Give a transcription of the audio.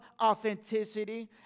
authenticity